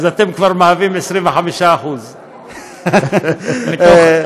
אתם כבר 25%. זה מתוך ארבעה.